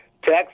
text